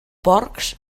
porcs